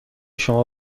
شما